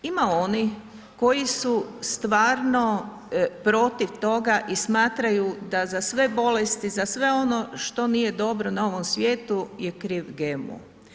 Ima onih koji su stvarno protiv toga i smatraju da za sve bolesti, za sve ono što nije dobro na ovom svijetu je kriv GMO.